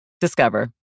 Discover